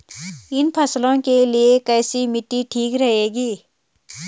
इन फसलों के लिए कैसी मिट्टी ठीक रहेगी?